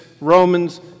Romans